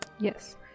Yes